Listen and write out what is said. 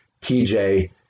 TJ